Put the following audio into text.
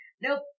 Nope